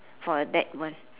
for that one